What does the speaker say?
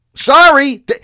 Sorry